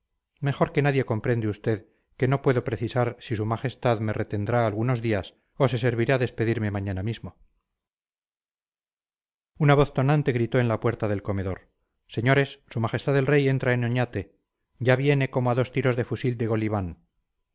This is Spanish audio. mejor que nadie comprende usted que no puedo precisar si su majestad me retendrá algunos días o se servirá despedirme mañana mismo una voz tonante gritó en la puerta del comedor señores su majestad el rey entra en oñate ya viene como a dos tiros de fusil de golibán